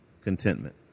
contentment